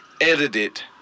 edited